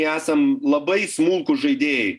esam labai smulkūs žaidėjai